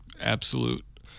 absolute